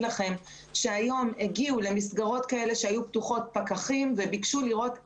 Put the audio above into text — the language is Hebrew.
לכם שהיום הגיעו פקחים למסגרות כאלה שהיו פתוחות וביקשו לראות הצהרות.